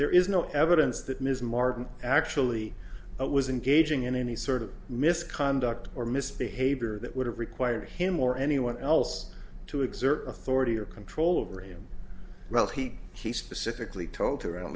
there is no evidence that ms martin actually was engaging in any sort of misconduct or misbehavior that would have required him or anyone else to exert authority or control over him while he she specifically told